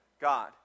God